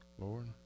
Lord